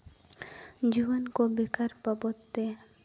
ᱡᱩᱣᱟᱹᱱ ᱠᱚ ᱵᱮᱠᱟᱨ ᱵᱟᱵᱚᱫ ᱛᱮ